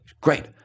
great